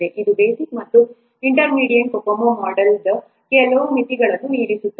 ಇದು ಬೇಸಿಕ್ ಮತ್ತು intermediate COCOMO model ದ ಕೆಲವು ಮಿತಿಗಳನ್ನು ಮೀರಿಸುತ್ತದೆ